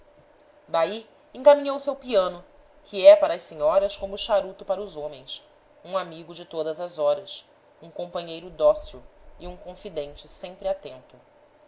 daí encaminhou-se ao piano que é para as senhoras como o charuto para os homens um amigo de todas as horas um companheiro dócil e um confidente sempre atento